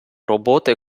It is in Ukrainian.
роботи